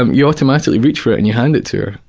um you automatically reach for it and you hand it to her,